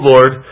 Lord